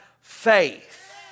faith